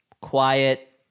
quiet